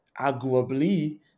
arguably